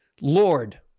Lord